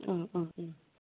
अ अ अ